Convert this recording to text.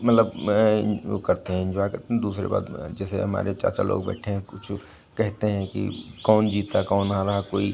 मतलब वो करते हैं इन्जॉय करते हैं दूसरी बात वो हैं जैसे हमारे चाचा लोग बैठे हैं कुछ कहते हैं कि कौन जीता कौन हारा कोई